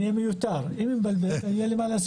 אז במילים ארות אני אומר: יש לי פה עוד